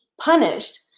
punished